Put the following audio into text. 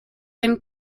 and